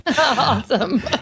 Awesome